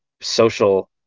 social